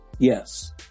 Yes